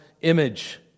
image